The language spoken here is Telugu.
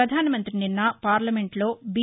ప్రధాన మంత్రి నిన్న పార్లమెంట్లో బి